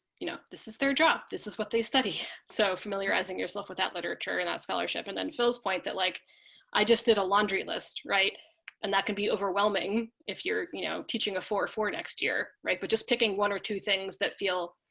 you know, this is their job. this is what they study phoebe cohen so familiarizing yourself with that literature and that scholarship and then phil's point that like i just did a laundry list right and that can be overwhelming. if you're, you know, teaching for for next year. right. but just picking one or two things that feel